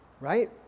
right